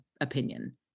opinion